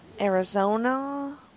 Arizona